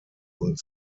und